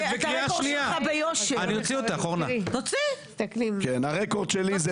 לא רק ששמעתי, הקשבתי מעולה, ונזכרתי ששרפו לי את